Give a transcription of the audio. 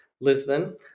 Lisbon